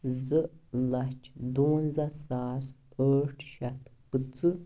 زٕ لَچھ دُوَنزاہ ساس ٲٹھ شیٚتھ پٕنٛژٕ